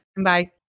Bye